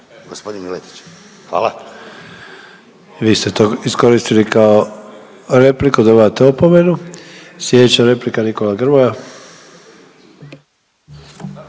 Ante (HDZ)** I vi ste to iskoristili kao repliku, dobivate opomenu. Sljedeća replika, Nikola Grmoja.